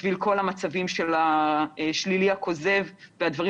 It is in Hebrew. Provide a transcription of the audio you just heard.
בשביל כל המצבים של השלילי הכוזב והדברים